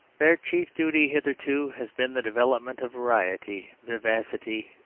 their chief duty hitherto has been the development of variety, vivacity,